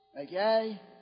Okay